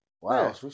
wow